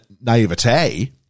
naivete